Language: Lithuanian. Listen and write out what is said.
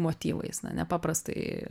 motyvais na nepaprastai